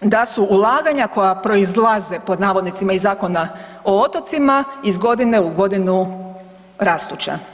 da su ulaganja koja „proizlaze“ iz Zakona o otocima, iz godine u godinu rastuća.